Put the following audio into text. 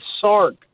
Sark